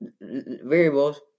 variables